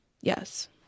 Yes